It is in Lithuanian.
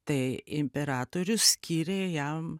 tai imperatorius skyrė jam